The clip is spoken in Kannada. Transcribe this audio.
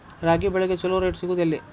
ರಾಗಿ ಬೆಳೆಗೆ ಛಲೋ ರೇಟ್ ಸಿಗುದ ಎಲ್ಲಿ?